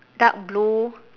dark blue